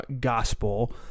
gospel